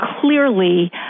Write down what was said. clearly